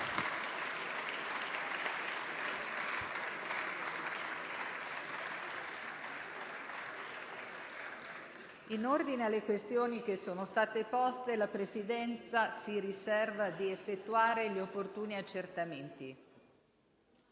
In ordine alle questioni che sono state poste, la Presidenza si riserva di effettuare gli opportuni accertamenti.